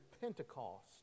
Pentecost